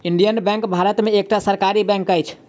Indian bank भारत में एकटा सरकारी बैंक अछि